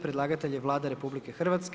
Predlagatelj je Vlada RH.